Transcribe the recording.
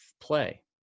play